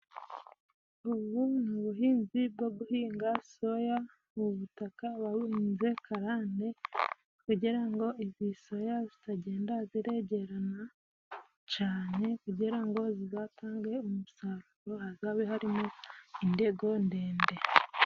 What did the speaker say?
Ubu ni ubuhinzi bwo guhinga soya. Ubu butaka wawuhinze karande kugira ngo izi soya zitagenda ziregerana cane kugira ngo zizatange umusaruro hazabe harimo indego ndende.